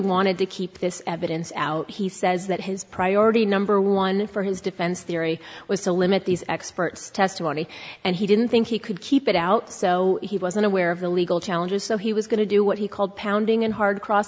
wanted to keep this evidence out he says that his priority number one for his defense theory was to limit these experts testimony and he didn't think he could keep it out so he wasn't aware of the legal challenges so he was going to do what he called pounding and hard cross